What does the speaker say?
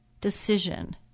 decision